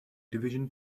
division